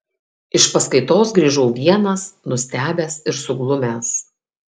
iš paskaitos grįžau vienas nustebęs ir suglumęs